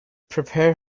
prepare